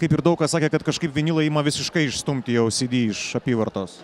kaip ir daug kas sakė kad kažkaip vinilai ima visiškai išstumti jau cd iš apyvartos